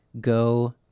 go